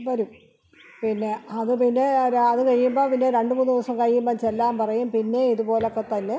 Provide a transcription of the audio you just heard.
വരും പിന്നെ അതു പിന്നെ അതു കഴിയുമ്പം പിന്നെ രണ്ട് മൂന്ന് ദിവസം കഴിയുമ്പം ചെല്ലാൻ പറയും പിന്നെയും ഇതുപോലൊക്കെ തന്നെ